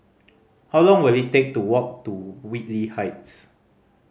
how long will it take to walk to Whitley Heights